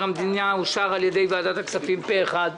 המדינה אושר על ידי ועדת הכספים פה אחד.